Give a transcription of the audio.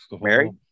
Mary